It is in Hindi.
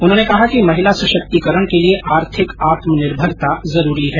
उन्होंने कहा कि महिला सशक्तिकरण के लिए आर्थिक आत्मनिर्भरता जरूरी है